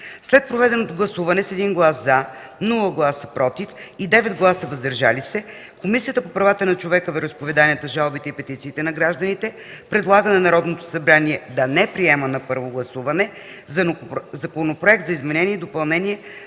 След проведеното гласуване, с 1 глас „за”, нула гласа „против” и 9 гласа „въздържали се”, Комисията по правата на човека, вероизповеданията, жалбите и петициите на гражданите предлага на Народното събрание да не приеме на първо гласуване Законопроект за изменение и допълнение